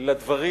לדברים